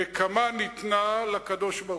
הנקמה ניתנה לקדוש-ברוך-הוא.